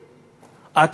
במקלטים?